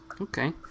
Okay